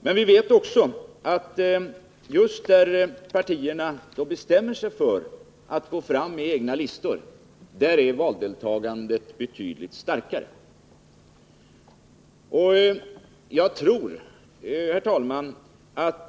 Men vi vet också att valdeltagandet är betydligt större i de församlingar där partierna bestämmer sig för att gå ut med egna listor. Herr talman!